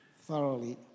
thoroughly